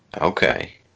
Okay